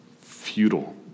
Futile